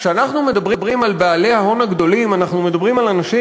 כשאנחנו מדברים על בעלי ההון הגדולים אנחנו מדברים על אנשים